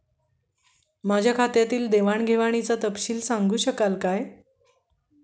माझ्या खात्यातील देवाणघेवाणीचा तपशील सांगू शकाल काय?